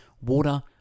water